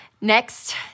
Next